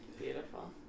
Beautiful